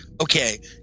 okay